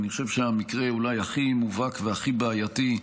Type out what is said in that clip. אני חושב שהמקרה אולי הכי מובהק והכי בעייתי,